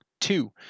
Two